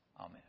Amen